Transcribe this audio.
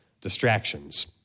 distractions